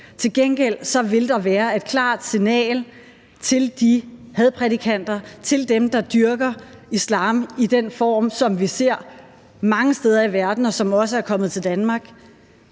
Til gengæld vil der være et klart signal til de hadprædikanter, til dem, der dyrker islam i den form, som vi ser mange steder i verden, og som også er kommet til Danmark,